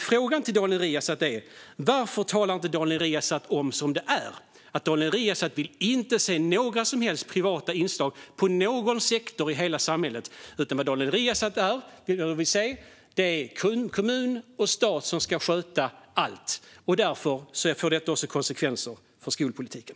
Frågan till Daniel Riazat är: Varför säger inte Daniel Riazat som det är, att han inte vill se några som helst privata inslag på någon sektor i hela samhället? Vad Daniel Riazat vill se är att stat och kommun sköter allt, och därför får detta också konsekvenser för skolpolitiken.